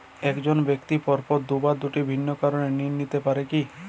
এক জন ব্যক্তি পরপর দুবার দুটি ভিন্ন কারণে ঋণ নিতে পারে কী?